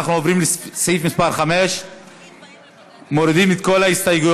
אנחנו עוברים לסעיף מס' 5. מורידים את כל ההסתייגויות.